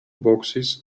boxes